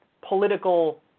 political